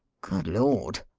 good lord!